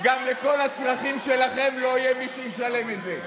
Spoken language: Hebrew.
גם לכל הצרכים שלכם לא יהיה מי שישלם לכם.